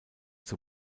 zur